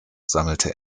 sammelte